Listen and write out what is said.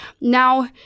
Now